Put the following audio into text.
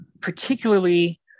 particularly